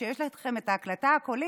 כשיש לכם את ההקלטה הקולית,